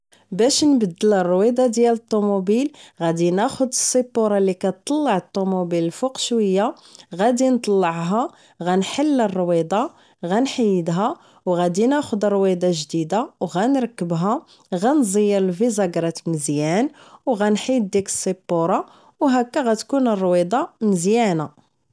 باش نبدل الرويضة ديال الطموبيل غادي ناخد السيبورا اللي كطلع الطموبيل للفوق شوية غادي نطلعها غادي نحل الرويضة غنحيدها و غادي ناخد رويضة جديدة غنركبها غنزير الفيزاكرات مزيان و غنحيد ديك السيبورا و هكا غاتكون الرويضة مزيانة